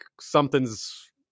something's